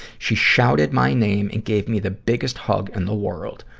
she shouted my name and gave me the biggest hug in the world.